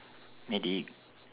medic